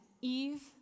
Eve